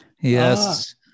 Yes